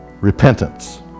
repentance